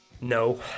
No